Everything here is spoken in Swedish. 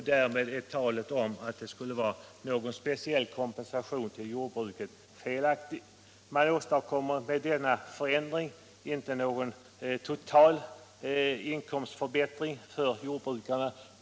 Därmed är det helt klart att talet om att detta skulle innebära någon speciell kompensation till jordbruket är felaktigt. Man åstadkommer med denna förändring inte någon total inkomstförbättring för jordbrukarna.